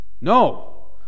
No